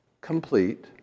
complete